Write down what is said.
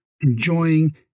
enjoying